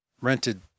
rented